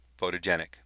photogenic